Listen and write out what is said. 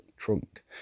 trunk